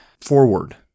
forward